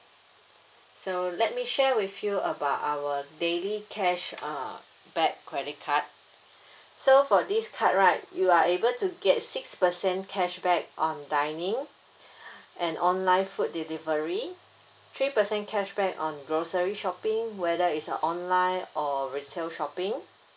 so let me share with you about our daily cash uh back credit card so for this card right you are able to get six percent cashback on dining and online food delivery three percent cashback on grocery shopping whether it's a online or retail shopping